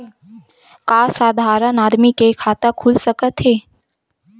का साधारण आदमी के खाता खुल सकत हे?